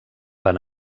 van